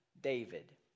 David